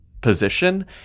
position